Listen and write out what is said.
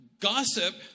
Gossip